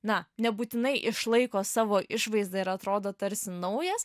na nebūtinai išlaiko savo išvaizdą ir atrodo tarsi naujas